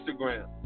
Instagram